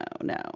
no